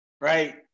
right